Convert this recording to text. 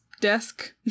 desk